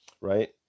right